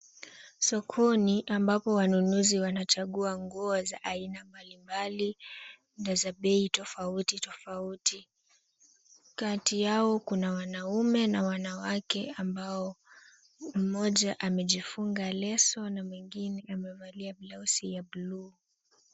Sokoni ambapo wanunuzi wanachagua nguo za aina mbalimbali na za bei tofauti tofauti. Kati yao kuna wanaume na wanawake ambao, mmoja amejifunga leso na mwingine amevalia blouse ya buluu.